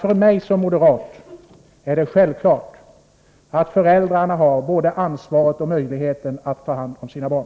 För mig som moderat är det självklart att föräldrarna har både ansvaret för och möjligheten att ta hand om sina barn.